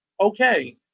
okay